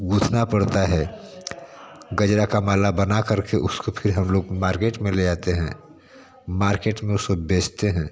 गूँथना पड़ता है गजरा का माला बनाकर के उसको फिर हम लोग मार्केट में ले जाते हैं मार्केट में उसको बेचते हैं